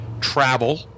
travel